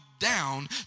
Down